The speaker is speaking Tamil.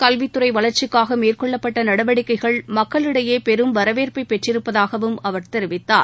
கல்வித்துறைவளர்ச்சிக்காகமேற்கொள்ளப்பட்டநடவடிக்கைகள் மக்களிடையேபெரும் வரவேற்பைபெற்றிருப்பதாகவும் அவர் தெரிவித்தார்